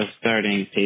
starting